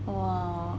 !wah!